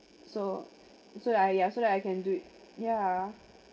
so so that I ya so that I can do it ya